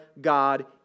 God